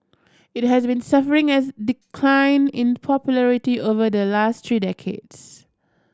it has been suffering as decline in popularity over the last three decades